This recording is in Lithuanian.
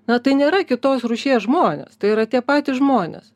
na tai nėra kitos rūšies žmonės tai yra tie patys žmonės